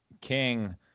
King